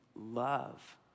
love